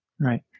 Right